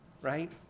Right